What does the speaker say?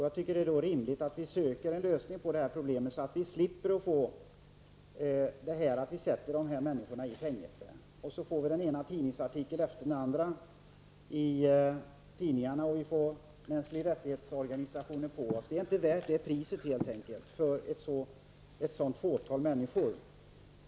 Jag tycker att det är rimligt att vi söker en lösning på detta problem, så att vi slipper sätta dessa människor i fängelse. Tidningarna skriver den ena artikeln efter den andra, och vi får mänskliga rättighetsorganisationen på oss. Det är inte värt det priset för ett sådant fåtal människor.